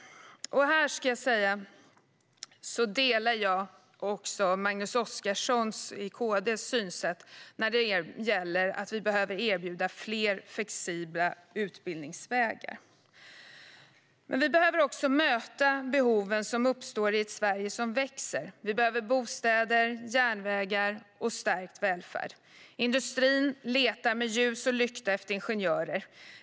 Här ska jag säga att jag delar Magnus Oscarssons och KD:s synsätt när det gäller att vi behöver erbjuda fler flexibla utbildningsvägar. Vi behöver också möta behoven som uppstår i ett Sverige som växer. Vi behöver bostäder, järnvägar och stärkt välfärd. Industrin letar med ljus och lykta efter ingenjörer.